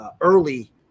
early